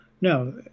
no